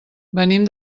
venim